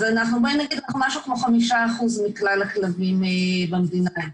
אז אנחנו משהו כמו 5% מכלל הכלבים במדינה.